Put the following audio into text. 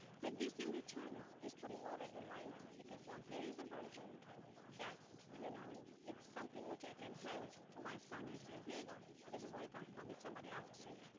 but this, in return, is putting order in my life, because now here is a version that, you know it's something which i can hand to my son and say, here you go. this is where you come from, if somebody asks you.